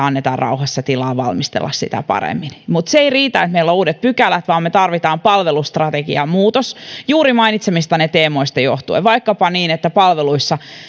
annetaan rauhassa tilaa valmistella sitä paremmin mutta se ei riitä että meillä on uudet pykälät vaan me tarvitsemme palvelustrategian muutoksen juuri mainitsemistanne teemoista johtuen vaikkapa niin että palveluissa